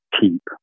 keep